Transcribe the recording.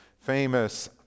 famous